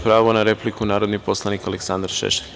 Pravo na repliku, narodni poslanik Aleksandar Šešelj.